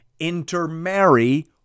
intermarry